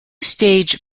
stage